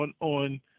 on –